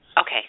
Okay